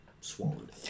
swallowed